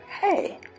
Hey